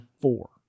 four